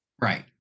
Right